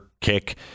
kick